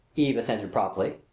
eve assented promptly.